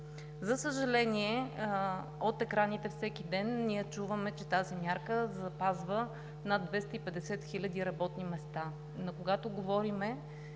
За съжаление, от екраните всеки ден ние чуваме, че тази мярка запазва над 250 хиляди работни места, но, когато говорим,